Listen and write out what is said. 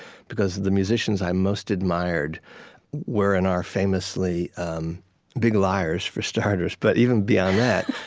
because the musicians i most admired were, and are, famously um big liars, for starters. but even beyond that,